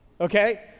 Okay